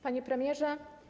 Panie Premierze!